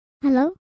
Hello